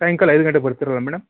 ಸಾಯಂಕಾಲ ಐದು ಗಂಟೆಗೆ ಬರ್ತೀರಲ್ವ ಮೇಡಮ್